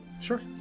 Sure